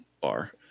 bar